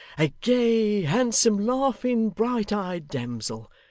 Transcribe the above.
a gay, handsome, laughing, bright-eyed damsel!